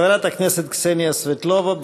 חברת הכנסת קסניה סבטלובה,